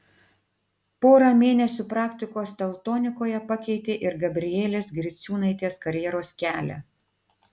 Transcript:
pora mėnesių praktikos teltonikoje pakeitė ir gabrielės griciūnaitės karjeros kelią